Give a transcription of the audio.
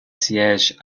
siège